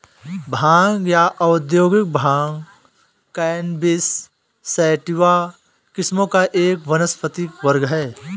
भांग या औद्योगिक भांग कैनबिस सैटिवा किस्मों का एक वानस्पतिक वर्ग है